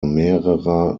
mehrerer